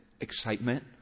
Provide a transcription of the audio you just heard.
excitement